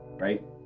right